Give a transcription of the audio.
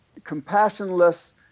compassionless